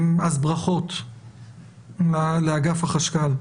אם כן, ברכות לאגף החשב הכללי.